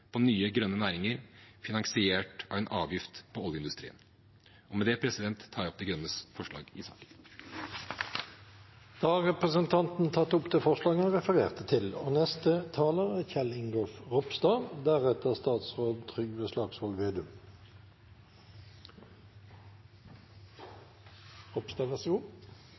på nye grønne næringer, finansiert av en avgift på oljeindustrien. Og med det tar jeg opp Miljøpartiet De Grønnes forslag i sakene nr. 4 og 5. Da har representanten Kristoffer Robin Haug tatt opp de forslagene han refererte til.